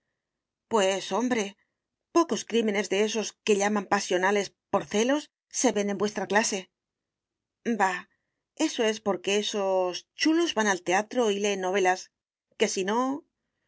pues hombre pocos crímenes de esos que llaman pasionales por celos se ven en vuestra clase bah eso es porque esos chulos van al teatro y leen novelas que si no